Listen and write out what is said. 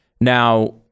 Now